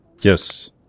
Yes